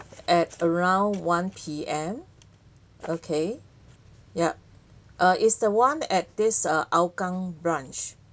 at around one P_M okay yup uh is the one at this uh Hougang branch